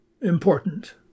important